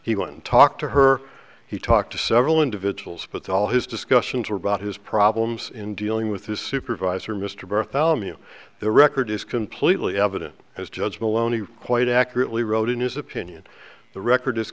he went and talked to her he talked to several individuals but all his discussions were about his problems in dealing with his supervisor mr bartholomew the record is completely evident his judgment loney quite accurately wrote in his opinion the record is